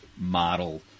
model